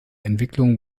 entwicklung